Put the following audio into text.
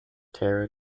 tara